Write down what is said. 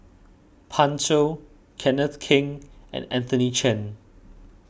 Pan Shou Kenneth Keng and Anthony Chen